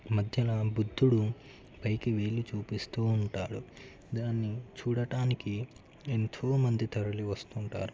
మధ్యన బుద్ధుడు పైకి వేళ్ళు చూపిస్తూ ఉంటాడు దాన్ని చూడటానికి ఎంతో మంది తరలి వస్తుంటారు